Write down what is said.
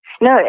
No